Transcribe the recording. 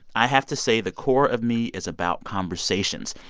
i have to say, the core of me is about conversations,